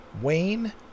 Wayne